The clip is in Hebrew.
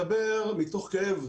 אני מדבר מתוך כאב,